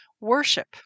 worship